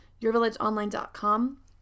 yourvillageonline.com